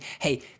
hey